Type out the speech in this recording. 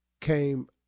came